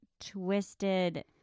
twisted